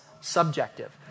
subjective